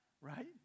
right